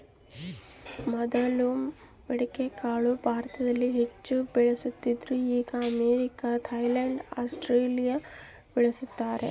ಮೊದಲು ಮಡಿಕೆಕಾಳು ಭಾರತದಲ್ಲಿ ಹೆಚ್ಚಾಗಿ ಬೆಳೀತಿದ್ರು ಈಗ ಅಮೇರಿಕ, ಥೈಲ್ಯಾಂಡ್ ಆಸ್ಟ್ರೇಲಿಯಾ ಬೆಳೀತಾರ